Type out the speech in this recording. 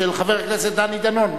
של חבר הכנסת דני דנון.